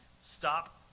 Stop